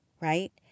right